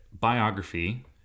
biography